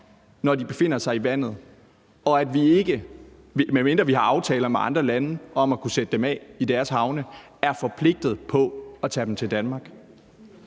når de befinder sig i vandet, og at vi, medmindre vi har aftaler med andre lande om at kunne sætte dem af i deres havne, er forpligtet til at tage dem til Danmark.